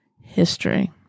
history